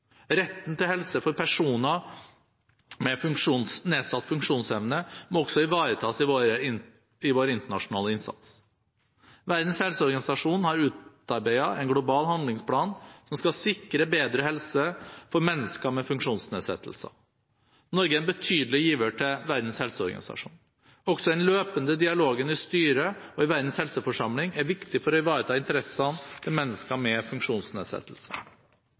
Retten til helse for personer med nedsatt funksjonsevne må også ivaretas i vår internasjonale innsats. Verdens helseorganisasjon har utarbeidet en global handlingsplan som skal sikre bedre helse for mennesker med funksjonsnedsettelser. Norge er en betydelig giver til WHO. Også den løpende dialogen i styret og i Verdens helseforsamling er viktig for å ivareta interessene til mennesker med